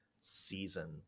season